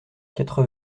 quatre